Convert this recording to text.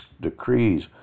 decrees